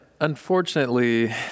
unfortunately